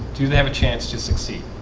do they have a chance to succeed?